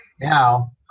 Now